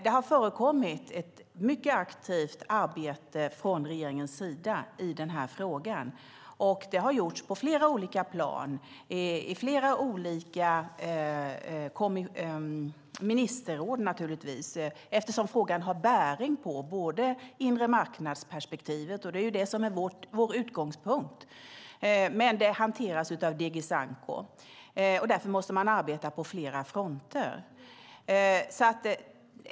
Det har förekommit ett mycket aktivt arbete från regeringens sida i denna fråga, och det har bedrivits på flera olika plan och naturligtvis i flera olika ministerråd. Frågan har nämligen bäring på inremarknadsperspektivet - och det är det som är vår utgångspunkt - men hanteras av DG Sanco, och därför måste man arbeta på flera fronter.